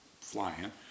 flying